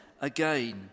again